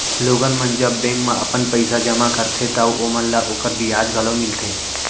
लोगन मन जब बेंक म अपन पइसा जमा करथे तव ओमन ल ओकर बियाज घलौ मिलथे